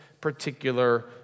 particular